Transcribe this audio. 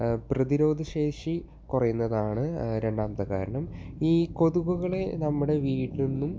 പ്രതിരോധ ശേഷി കുറയുന്നതാണ് രണ്ടാമത്തെ കാരണം ഈ കൊതുകുകളെ നമ്മുടെ വീട്ടിൽ നിന്നും